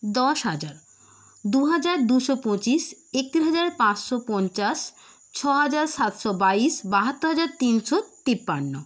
দশ হাজার দুহাজার দুশো পঁচিশ একত্রিশ হাজার পাঁচশো পঞ্চাশ ছহাজার সাতশো বাইশ বাহাত্তর হাজার তিনশো তিপ্পান্ন